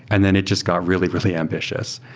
and then it just got really, really ambitious.